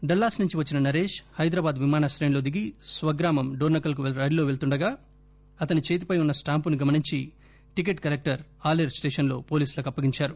Dallas నుంచి వచ్చిన నరేష్ హైదరాబాద్ విమానాశ్రయంలో దిగి స్వగ్రామం డోర్నకల్ కు రైలులో పెళుతుండగా అతని చేతిపై ఉన్న స్టాంపును గమనించి టికెట్ కలెక్టర్ ఆలేరు స్టేషన్ లో పోలీసులకు అప్పగించారు